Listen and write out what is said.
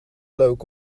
leuk